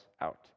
out